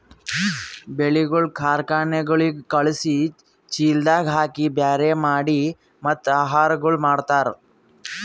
ಬೆಳಿಗೊಳ್ ಕಾರ್ಖನೆಗೊಳಿಗ್ ಖಳುಸಿ, ಚೀಲದಾಗ್ ಹಾಕಿ ಬ್ಯಾರೆ ಮಾಡಿ ಮತ್ತ ಆಹಾರಗೊಳ್ ಮಾರ್ತಾರ್